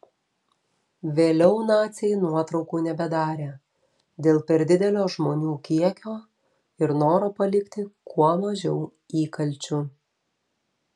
vėliau naciai nuotraukų nebedarė dėl per didelio žmonių kiekio ir noro palikti kuo mažiau įkalčių